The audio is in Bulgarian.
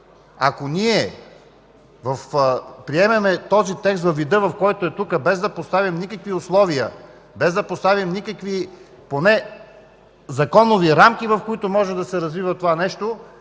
ако ние приемем този текст във вида, в който е тук, без да поставим никакви условия, без да поставим поне законови рамки, в които може да се развива това нещо,